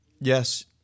Yes